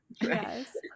Yes